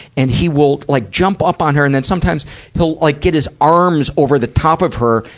and he will like jump up on her, and then sometimes he'll like get his arms over the top of her,